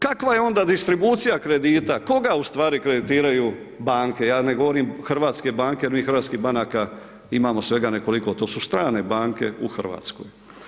Kakva je onda distribucija kredita, koga u stvari kreditiraju banke, ja ne govorim hrvatske banke jer mi hrvatskih banaka imamo svega nekoliko, to su strane banke u Hrvatskoj.